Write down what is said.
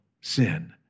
sin